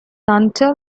until